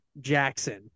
Jackson